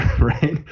right